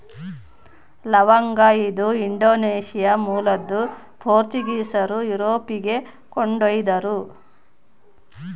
ಲವಂಗ ಇದು ಇಂಡೋನೇಷ್ಯಾ ಮೂಲದ್ದು ಪೋರ್ಚುಗೀಸರು ಯುರೋಪಿಗೆ ಕೊಂಡೊಯ್ದರು